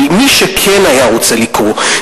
אבל מי שכן היה רוצה לקרוא,